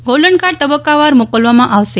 golden card તબક્કાવાર મોકલવામાં આવશે